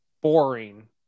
boring